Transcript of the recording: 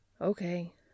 Okay